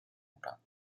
mura